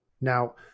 Now